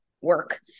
work